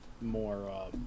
more